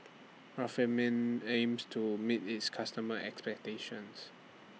aims to meet its customers' expectations